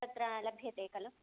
तत्र लभ्यते खलु